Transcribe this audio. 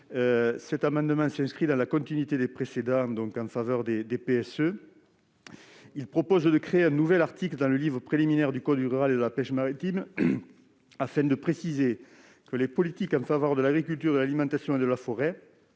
amendement s'inscrit dans la continuité des précédents en faveur des PSE. Il vise à créer un nouvel article dans le Livre Préliminaire du code rural et de la pêche maritime, afin de préciser que les politiques en faveur de l'agriculture, de l'alimentation et de la forêt,